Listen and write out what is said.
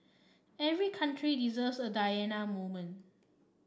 every country deserves a Diana moment